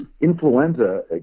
Influenza